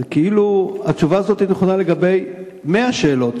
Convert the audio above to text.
זה כאילו התשובה הזאת נכונה לגבי מאה שאלות.